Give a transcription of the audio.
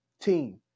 team